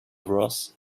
ross